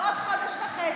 אלא בעוד חודש וחצי.